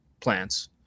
plants